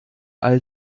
all